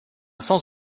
sens